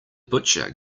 butcher